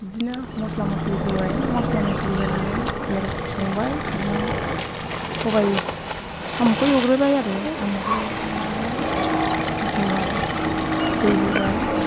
बिदिनो मस्ला मस्लि होबाय मस्ला मस्लि होनानै संबाय संनानै सबाय साम'खौ एवग्रोबाय आरो साम'खौ एवखांनानै माबा दै होबाय